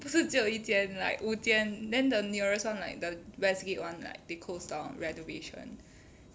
不是只有一间 like 五间 then the nearest [one] like the west gate [one] like they closed down renovation